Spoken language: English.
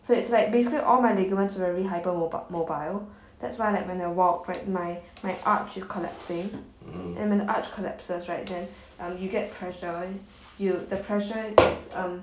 so it's like basically all my ligaments very hyper mobi~ mobile that's why like when I walk right my my arch is collapsing and when the arch collapses right then um you get pressure you the pressure it's um